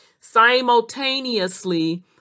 simultaneously